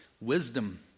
wisdom